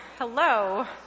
Hello